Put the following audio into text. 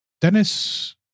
Dennis